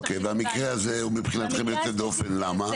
אוקיי, והמקרה הזה הוא מבחינתכם יוצא דופן - למה?